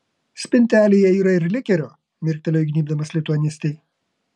spintelėje yra ir likerio mirktelėjo įgnybdamas lituanistei